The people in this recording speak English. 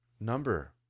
number